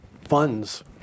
funds